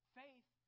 faith